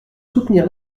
soutenir